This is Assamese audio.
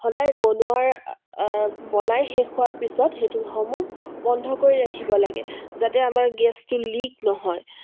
সদায় বনোৱাৰ বনাই শেষ হোৱাৰ পিছত সেইটোসমূহ বন্ধ কৰি ৰাখিব লাগে যাতে আমাৰ গেছটো লিক নহয়